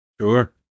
Sure